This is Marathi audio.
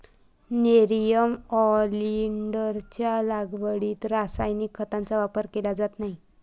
नेरियम ऑलिंडरच्या लागवडीत रासायनिक खतांचा वापर केला जात नाही